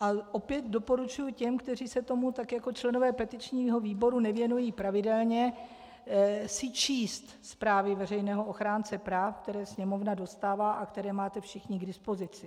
a opět doporučuji těm, kteří se tomu jako členové petičního výboru nevěnují pravidelně, si číst zprávy veřejného ochránce práv, které Sněmovna dostává a které máte všichni k dispozici.